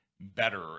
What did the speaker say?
better